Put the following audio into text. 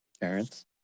parents